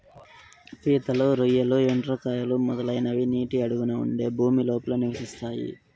పీతలు, రొయ్యలు, ఎండ్రకాయలు, మొదలైనవి నీటి అడుగున ఉండే భూమి లోపల నివసిస్తాయి